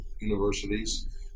universities